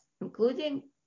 including